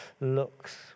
looks